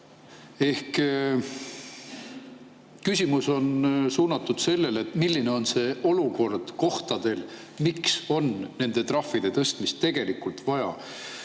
Ehk küsimus on suunatud sellele, milline on see olukord kohtadel, miks on nende trahvide tõstmist tegelikult vaja.